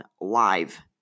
Live